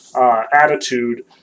attitude